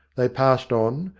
they passed on,